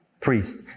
priest